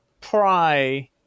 pry